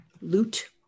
Loot